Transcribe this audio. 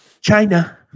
China